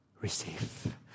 receive